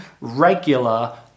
regular